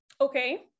okay